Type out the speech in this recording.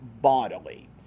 bodily